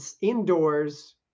indoors